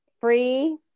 Free